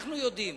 אנחנו יודעים